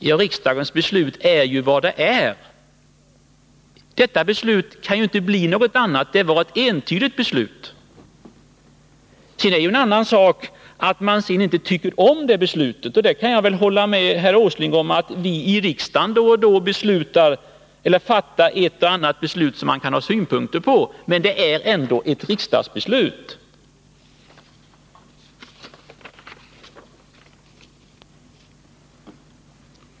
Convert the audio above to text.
Men riksdagens beslut är ju vad det är. Beslutet kan inte bli något annat — det var entydigt. Det är en annan sak om man sedan inte tycker om beslutet. Där kan jag hålla med herr Åsling om att vi i riksdagen då och då fattar ett beslut som man kan ha synpunkter på — men det är ändå ett riksdagsbeslut.